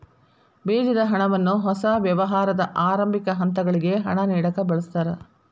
ಬೇಜದ ಹಣವನ್ನ ಹೊಸ ವ್ಯವಹಾರದ ಆರಂಭಿಕ ಹಂತಗಳಿಗೆ ಹಣ ನೇಡಕ ಬಳಸ್ತಾರ